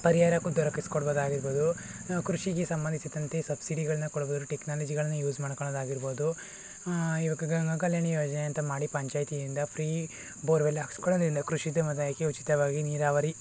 ಪರಿಹಾರಕ್ಕೂ ದೊರಕಿಸಿಕೊಡ್ಬೋದಾಗಿರ್ಬೋದು ಕೃಷಿಗೆ ಸಂಬಂಧಿಸಿದಂತೆ ಸಬ್ಸಿಡಿಗಳನ್ನ ಕೊಡಬೋದು ಟೆಕ್ನಾಲಜಿಗಳನ್ನ ಯೂಸ್ ಮಾಡ್ಕೊಳ್ಳೋದಾಗಿರ್ಬೋದು ಹಾಂ ಇವಾಗ ಕಲ್ಯಾಣಿ ಯೋಜನೆ ಅಂತ ಮಾಡಿ ಪಂಚಾಯತಿಯಿಂದ ಫ್ರೀ ಬೋರ್ವೆಲ್ ಹಾಕಿಸ್ಕೊಳ್ಳೋದ್ರಿಂದ ಕೃಷಿ ಉದ್ಯಮದಾಯಕ್ಕೆ ಉಚಿತವಾಗಿ ನೀರಾವರಿ